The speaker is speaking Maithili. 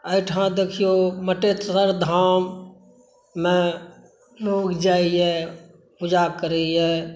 एहिठाम देखिऔ मटेश्वर धाममे लोक जाइए पूजा करैए